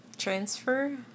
transfer